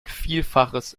vielfaches